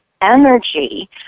energy